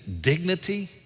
dignity